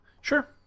Sure